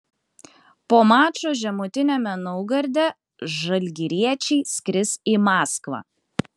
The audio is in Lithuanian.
po mačo žemutiniame naugarde žalgiriečiai skris į maskvą